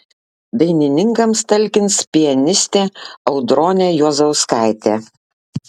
dainininkams talkins pianistė audronė juozauskaitė